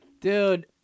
Dude